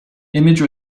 image